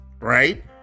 Right